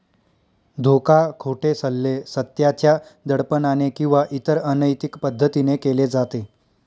धोका, खोटे सल्ले, सत्याच्या दडपणाने किंवा इतर अनैतिक पद्धतीने केले जाते